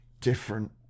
different